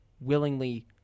willingly